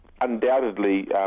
undoubtedly